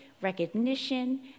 recognition